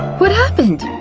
what happened?